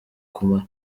kumara